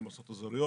גם רשויות אזוריות.